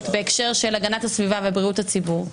בהקשר של הגנת הסביבה ובריאות הציבור,